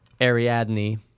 Ariadne